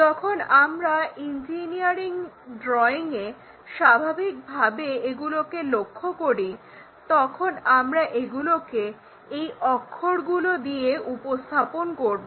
যখন আমরা ইঞ্জিনিয়ারিং ড্রয়িংয়ে স্বাভাবিকভাবে এগুলোকে লক্ষ্য করি তখন আমরা এগুলোকে এই অক্ষরগুলো দিয়ে উপস্থাপন করব